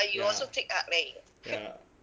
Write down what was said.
ya ya